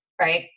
right